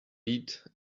lead